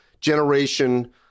generation